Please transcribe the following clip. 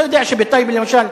אתה יודע שבטייבה, למשל,